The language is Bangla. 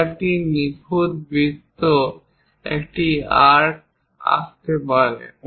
কেউ একটি নিখুঁত বৃত্ত একটি আর্ক আঁকতে পারে